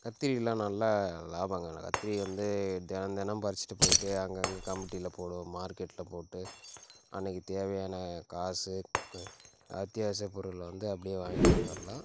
கத்திரிலாம் நல்லா லாபங்க காணலாம் கத்திரி வந்து தினம் தினம் பறிச்சிவிட்டு போயிகிட்டு அங்கங்கே கமிட்டியில போடுவோம் மார்க்கெட்டில போட்டு அன்னக்கு தேவையான காசு அத்தியாவாசியப் பொருளை வந்து அப்படியே வாங்கிகிட்டு வந்துருலாம்